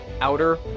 Outer